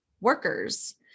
workers